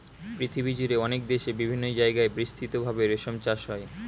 পৃথিবীজুড়ে অনেক দেশে বিভিন্ন জায়গায় বিস্তৃত ভাবে রেশম চাষ হয়